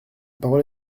parole